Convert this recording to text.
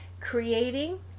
creating